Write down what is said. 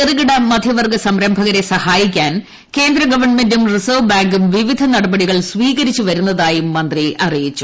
ചെറുകിട മധ്യവർഗ്ഗ സംരംഭകരെ സഹായിക്കാൻ കേന്ദ്രഗവൺമെന്റും റിസർവ്വ് ബാങ്കും വിവിധ നടപടികൾ സ്വീകരിച്ചുവരുന്നതായും മന്ത്രി പറഞ്ഞു